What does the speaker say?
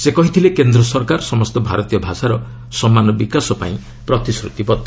ସେ କହିଥିଲେ କେନ୍ଦ୍ର ସରକାର ସମସ୍ତ ଭାରତୀୟ ଭାଷାର ସମାନ ବିକାଶ ପାଇଁ ପ୍ରତିଶ୍ରତିବଦ୍ଧ